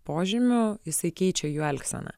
požymių jisai keičia jų elgseną